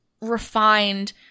refined